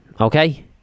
Okay